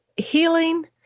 Healing